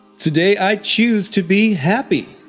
today, i choose to be happy.